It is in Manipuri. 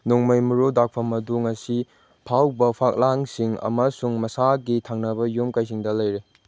ꯅꯣꯡꯃꯩ ꯃꯔꯨ ꯗꯥꯛꯐꯝ ꯑꯗꯨ ꯉꯁꯤ ꯐꯥꯎꯕ ꯐꯛꯂꯥꯡꯁꯤꯡ ꯑꯃꯁꯨꯡ ꯃꯁꯥꯒꯤ ꯊꯪꯅꯕ ꯌꯨꯝ ꯀꯩꯁꯤꯡꯗ ꯂꯩꯔꯤ